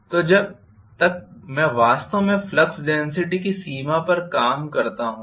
तो जब तक मैं वास्तव में फ्लक्स डेन्सिटी की सीमा पर काम करता हूँ